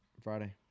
friday